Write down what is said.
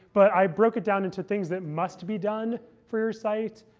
but i broke it down into things that must be done for your site,